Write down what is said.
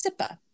Sippa